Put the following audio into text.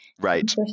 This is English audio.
right